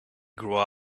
grow